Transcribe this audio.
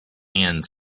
and